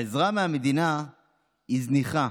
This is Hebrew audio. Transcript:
העזרה מהמדינה היא זניחה,